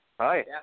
Hi